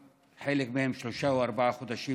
וחלק מהם בלי משכורת שלושה או ארבעה חודשים,